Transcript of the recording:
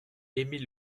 emile